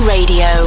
Radio